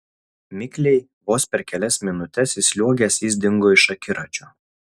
mikliai vos per kelias minutes įsliuogęs jis dingo iš akiračio